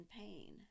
pain